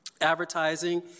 Advertising